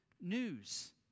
news